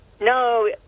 No